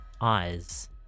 Eyes